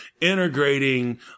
integrating